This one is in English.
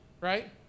right